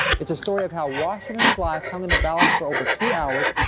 it's a story of how washington's life hung in the balance for over two hours,